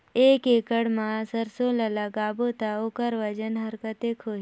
एक एकड़ मा सरसो ला लगाबो ता ओकर वजन हर कते होही?